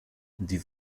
die